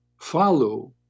follow